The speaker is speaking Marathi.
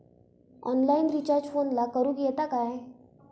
ऑनलाइन रिचार्ज फोनला करूक येता काय?